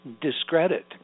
discredit